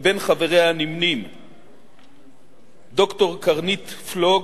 בין חבריה נמנים ד"ר קרנית פלוג,